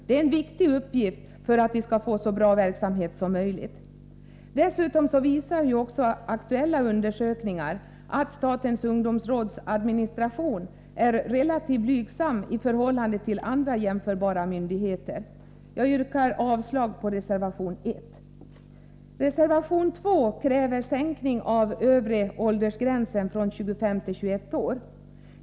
Det är en viktig uppgift för att vi skall få en så bra verksamhet som möjligt. Dessutom visar aktuella undersökningar att statens ungdomsråds administration är relativt blygsam i förhållande till andra jämförbara myndigheter. Jag yrkar avslag på reservation 1. Reservation 2 kräver sänkning av övre åldersgränsen från 25 till 21 år.